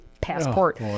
passport